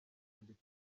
andika